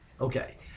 Okay